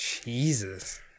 Jesus